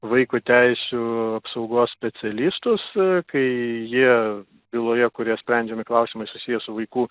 vaiko teisių apsaugos specialistus kai jie byloje kurioje sprendžiami klausimai susiję su vaiku